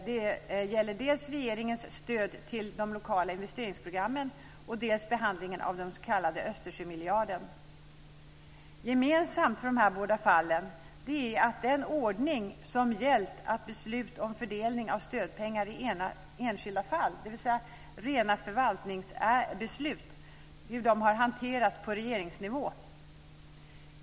Det gäller dels regeringens stöd till de lokala investeringsprogrammen, dels behandlingen av den s.k. Östersjömiljarden. Gemensamt för de här båda fallen är att den ordning som har gällt är att beslut om fördelning av stödpengar i enskilda fall, dvs. rena förvaltningsbeslut, har hanterats på regeringsnivå.